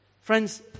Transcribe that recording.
Friends